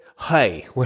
hey